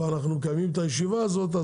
אנחנו מקיימים את הישיבה הזאת,